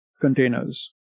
containers